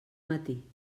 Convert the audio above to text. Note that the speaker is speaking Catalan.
matí